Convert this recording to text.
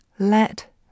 Let